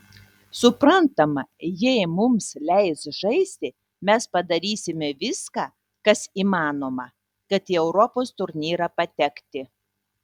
suprantama jei mums leis žaisti mes padarysime viską kas įmanoma kad į europos turnyrą patekti